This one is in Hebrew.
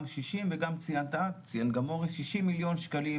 וגם את ציינת, וציין גם מוריס, 60 מיליון שקלים